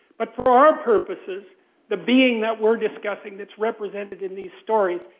but for our purposes the being that we're discussing, that's represented in these stories,